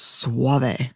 Suave